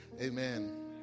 Amen